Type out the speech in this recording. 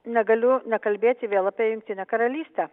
negaliu nekalbėti vėl apie jungtinę karalystę